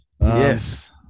Yes